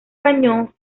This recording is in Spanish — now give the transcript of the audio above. cañón